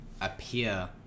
appear